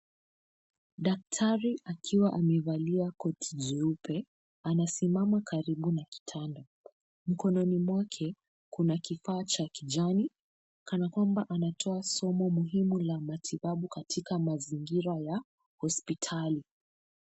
Daktari akiwa amevalia koti jeupe anasimama karibu na kitanda. Mkononi mwake kuna kifaa cha kijani kana kwamba anatoa somo muhimu la matibabu katika mazingira ya hospitali.